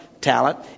talent